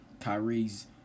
Kyrie's